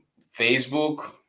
facebook